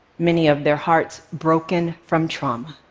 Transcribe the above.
many of their hearts broken from trauma.